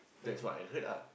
that's what I heard ah